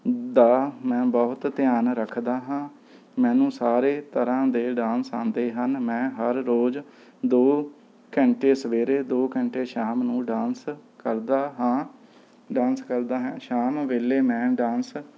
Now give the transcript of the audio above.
ਦਾ ਮੈਂ ਬਹੁਤ ਧਿਆਨ ਰੱਖਦਾ ਹਾਂ ਮੈਨੂੰ ਸਾਰੇ ਤਰ੍ਹਾਂ ਦੇ ਡਾਂਸ ਆਉਂਦੇ ਹਨ ਮੈਂ ਹਰ ਰੋਜ਼ ਦੋ ਘੰਟੇ ਸਵੇਰੇ ਦੋ ਘੰਟੇ ਸ਼ਾਮ ਨੂੰ ਡਾਂਸ ਕਰਦਾ ਹਾਂ ਡਾਂਸ ਕਰਦਾ ਹਾਂ ਸ਼ਾਮ ਵੇਲੇ ਮੈਂ ਡਾਂਸ